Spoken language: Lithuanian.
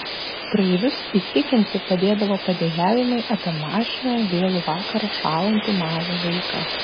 praeivius įtikinti padėdavo padejavimai apie mašinoje vėlų vakarą šąlantį mažą vaiką